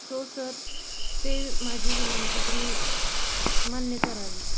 so sir ते माझी विनंती तुम्ही मान्य करावी